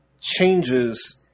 changes